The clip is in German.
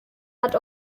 hat